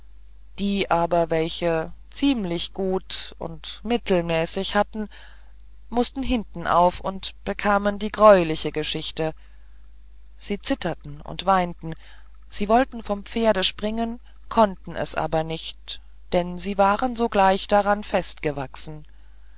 die aber welche ziemlich gut und mittelmäßig hatten mußten hinten auf und bekamen die greuliche geschichte sie zitterten und weinten sie wollten vom pferde springen konnten es aber nicht denn sie waren sogleich daran festgewachsen